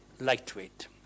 lightweight